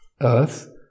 Earth